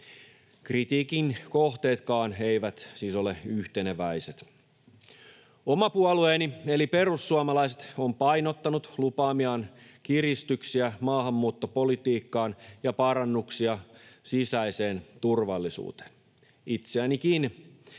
Kritiikin kohteetkaan eivät siis ole yhteneväiset. Oma puolueeni, perussuomalaiset, on painottanut lupaamiaan kiristyksiä maahanmuuttopolitiikkaan ja parannuksia sisäiseen turvallisuuteen. Itseänikin